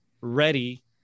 ready